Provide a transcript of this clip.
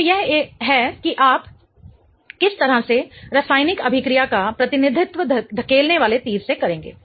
तो यह है कि आप किस तरह से रासायनिकअभिक्रिया का प्रतिनिधित्व धकेलने वाले तीर से करेंगे